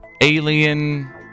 alien